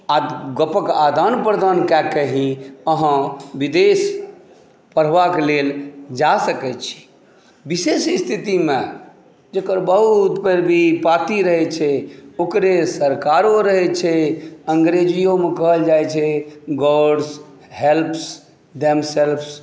आ गपक आदान प्रदान कए कऽ ही अहाँ विदेश पढ़बाकेँ लेल जा सकै छी विशिष्ठ स्थितिमे जकर बहु उत्पाती रहै छै ओकरे सरकारो रहै छै अङ्ग्रेजीयोे कहल जाइ छै गॉड्स हेल्प्स देमसेल्वेस